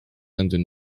and